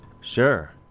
Sure